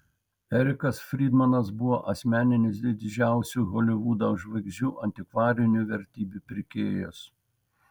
erikas frydmanas buvo asmeninis didžiausių holivudo žvaigždžių antikvarinių vertybių pirkėjas